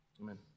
Amen